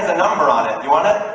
ah number on it. you want it?